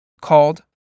called